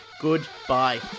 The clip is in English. Goodbye